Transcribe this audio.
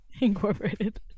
incorporated